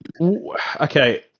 Okay